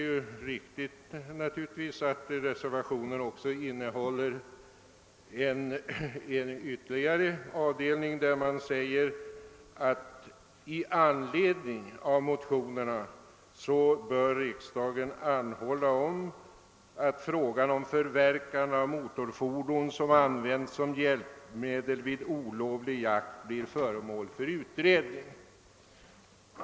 Visserligen innehåller reservationen en ytterligare avdelning, där det hem ställes att riksdagen i anledning av motionerna bör anhålla om att frågan onr förverkande av motorfordon som använts som hjälpmedel vid olovlig jakt skall bli föremål för utredning.